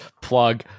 plug